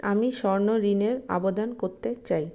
আমি স্বর্ণ ঋণের আবেদন করতে চাই